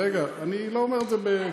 רגע, אני לא אומר את זה,